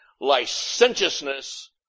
Licentiousness